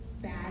bad